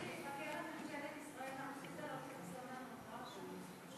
ממשלת ישראל להכריז עליו כפרסונה נון-גרטה?